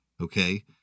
okay